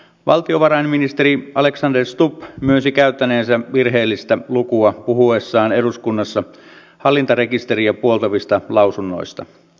valtiovarainministeri alexander stubb myönsi käyttäneensä virheellistä lukua puhuessaan eduskunnassa hallintarekisteriä puoltavista lausunnoista